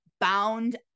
bound